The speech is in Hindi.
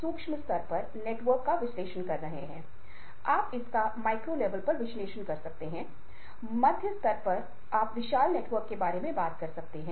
अस्पष्टता की स्थिति होने पर भी वे अस्पष्टता और उनके खुलेपन को बदल सकते हैं